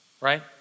right